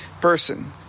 person